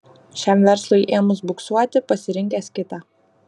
šiam verslui ėmus buksuoti pasirinkęs kitą